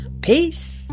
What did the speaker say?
peace